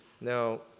Now